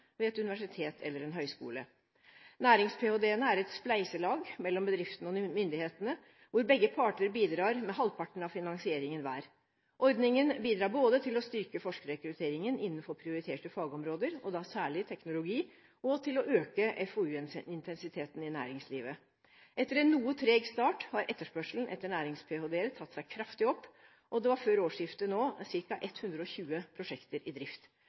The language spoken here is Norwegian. ved et universitet eller en høyskole. Nærings-ph.d.-ene er et spleiselag mellom bedriftene og myndighetene, hvor begge parter bidrar med halvparten av finansieringen hver. Ordningen bidrar både til å styrke forskerrekrutteringen innenfor prioriterte fagområder, da særlig teknologi, og til å øke FoU-intensiteten i næringslivet. Etter en noe treg start har etterspørselen etter nærings-ph.d.-er tatt seg kraftig opp, og det var før årsskiftet nå ca. 120 prosjekter i drift.